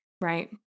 Right